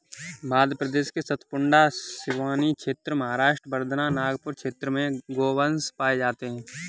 मध्य प्रदेश के सतपुड़ा, सिवनी क्षेत्र, महाराष्ट्र वर्धा, नागपुर क्षेत्र में गोवंश पाये जाते हैं